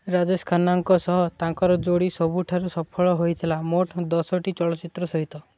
ରାଜେଶ ଖାନ୍ନାଙ୍କ ସହ ତାଙ୍କର ଯୋଡ଼ି ସବୁଠାରୁ ସଫଳ ହୋଇଥିଲା ମୋଟ ଦଶଟି ଚଳଚ୍ଚିତ୍ର ସହିତ